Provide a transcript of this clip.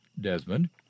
Desmond